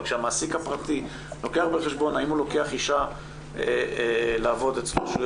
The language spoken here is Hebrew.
אבל כשהמעסיק הפרטי לוקח בחשבון האם הוא לוקח אישה לעבוד אצלו כשהוא